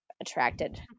attracted